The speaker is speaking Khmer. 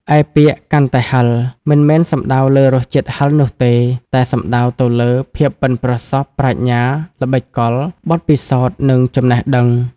ឯពាក្យ កាន់តែហឹរ មិនមែនសំដៅលើរសជាតិហឹរនោះទេ តែសំដៅទៅលើ ភាពប៉ិនប្រសប់ ប្រាជ្ញា ល្បិចកល បទពិសោធន៍ និងចំណេះដឹង។